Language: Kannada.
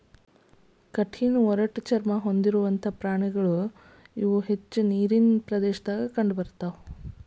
ಕಠಿಣ ಒರಟ ಚರ್ಮಾ ಹೊಂದಿರುವಂತಾ ಪ್ರಾಣಿಗಳು ಇವ ಹೆಚ್ಚ ನೇರಿನ ಪ್ರದೇಶದಾಗ ಕಂಡಬರತಾವ